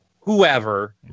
whoever